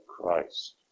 Christ